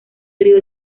río